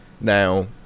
Now